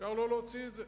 אפשר לא להוציא את זה,